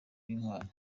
w’intwari